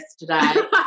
yesterday